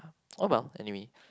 oh well anyway